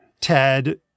Ted